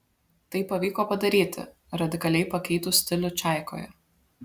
tai pavyko padaryti radikaliai pakeitus stilių čaikoje